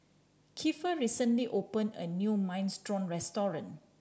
Keifer recently opened a new Minestrone Restaurant